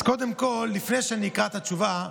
אז קודם כול, לפני שאני אקרא את התשובה,